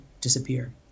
disappear